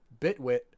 Bitwit